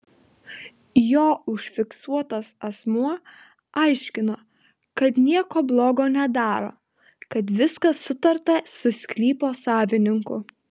jo užfiksuotas asmuo aiškino kad nieko blogo nedaro kad viskas sutarta su sklypo savininku